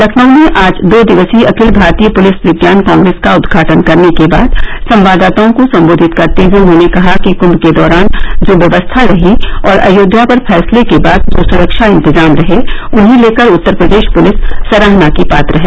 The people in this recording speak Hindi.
लखनऊ में आज दो दिवसीय अखिल भारतीय पुलिस विज्ञान कांग्रेस का उदघाटन करने के बाद संवाददाताओं को संबोधित करते हुए उन्होंने कहा कि कुंभ के दौरान जो व्यवस्था रही और अयोध्या पर फैसले के बाद जो सुरक्षा इंतजाम रहे उन्हें लेकर उत्तर प्रदेश पुलिस सराहना की पात्र है